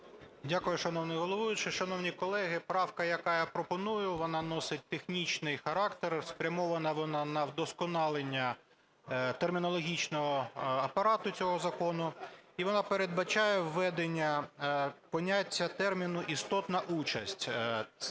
Дякую, шановний головуючий. Шановні колеги, правка, яку я пропоную, вона носить технічний характер. Спрямована вона на вдосконалення термінологічного апарату цього закону. І вона передбачає введення поняття, терміну "істотна участь".